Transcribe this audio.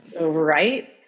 Right